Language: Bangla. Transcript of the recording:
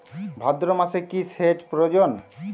ভাদ্রমাসে কি সেচ প্রয়োজন?